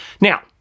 now